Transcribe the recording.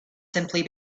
simply